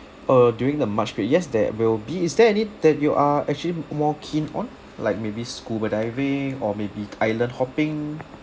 uh during the march trip yes there will be is there any that you are actually more keen on like maybe scuba diving or maybe island hopping